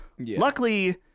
Luckily